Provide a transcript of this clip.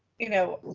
you know,